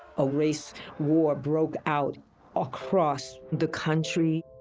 a race war broke out across the country.